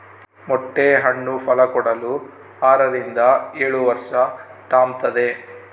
ಮೊಟ್ಟೆ ಹಣ್ಣು ಫಲಕೊಡಲು ಆರರಿಂದ ಏಳುವರ್ಷ ತಾಂಬ್ತತೆ